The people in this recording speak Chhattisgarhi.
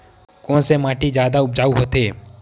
कोन से माटी जादा उपजाऊ होथे?